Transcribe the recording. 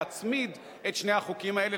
להצמיד את שני החוקים האלה,